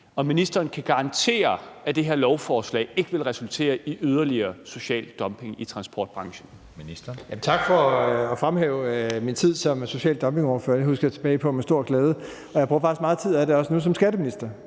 Kan ministeren garantere, at det her lovforslag ikke vil resultere i yderligere social dumping i transportbranchen?